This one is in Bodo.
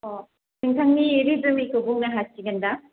अ नोंथांनि रिजनिंखौ बुंनो हासिगौ ना